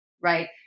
Right